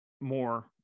more